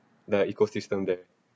the ecosystem there